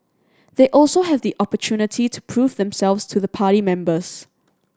they also have the opportunity to prove themselves to the party members